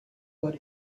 what